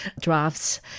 drafts